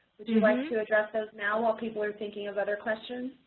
would you like to address those now while people are thinking of other questions?